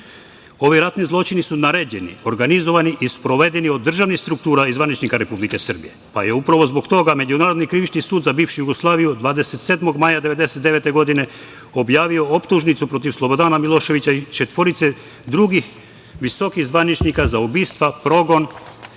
ratni zločini su naređeni, organizovani i sprovedeni od državnih struktura i zvaničnika Republike Srbije, pa je upravo zbog toga Međunarodni krivični sud za bivšu Jugoslaviju 27. maja 1999. godine objavio optužnicu protiv Slobodana Miloševića i četvorice drugih visokih zvaničnika za ubistva, progon